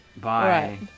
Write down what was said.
Bye